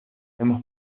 hemos